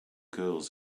girls